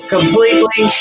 Completely